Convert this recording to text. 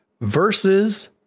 versus